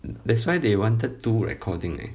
that's why they wanted two recording eh